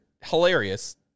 hilarious